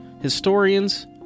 historians